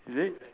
is it